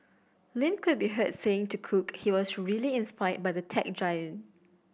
Lin could be heard saying to cook he was really inspired by the tech giant